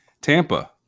tampa